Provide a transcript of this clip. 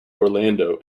orlando